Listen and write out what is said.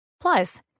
Plus